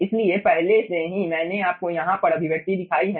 इसलिए पहले से ही मैंने आपको यहाँ पर अभिव्यक्ति दिखाई है